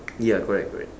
ya correct correct